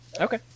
okay